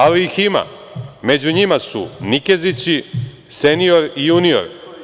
Ali ih ima, a među njima su Nikezići, senior i junior.